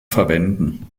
verwenden